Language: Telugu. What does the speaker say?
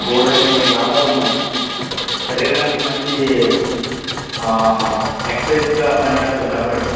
బోలేడన్ని లాభాలున్నాయి శరీరానికి మంచి ఆ ఎక్ ఎక్సైస్గా పనిచేస్తది కబడ్డీ